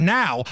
now